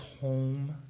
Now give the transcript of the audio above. home